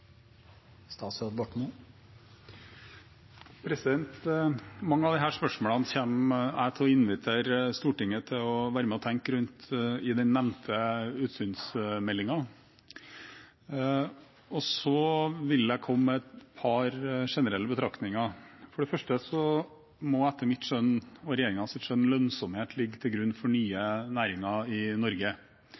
Mange av disse spørsmålene kommer jeg til å invitere Stortinget til å være med og tenke rundt i den nevnte utsynsmeldingen. Så vil jeg komme med et par generelle betraktninger. For det første må, etter mitt og regjeringens skjønn, lønnsomhet ligge til grunn for nye næringer i Norge.